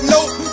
Nope